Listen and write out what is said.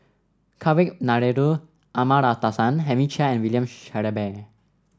Kavignareru Amallathasan Henry Chia and William Shellabear